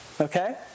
okay